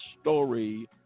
story